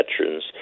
veterans